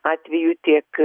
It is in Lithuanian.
atveju tiek